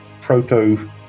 proto